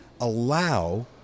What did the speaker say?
allow